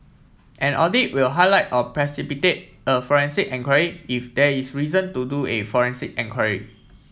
an audit will highlight or precipitate a forensic enquiry if there is reason to do a forensic enquiry